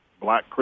black